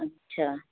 ਅੱਛਾ